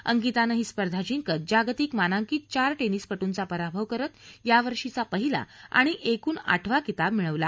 अंकितानं ही स्पर्धा जिंकत जागतिक मानांकित चार टेनिसप्रांचा पराभव करत यावर्षीचा पहिला आणि एकूण आठवा किताब मिळवला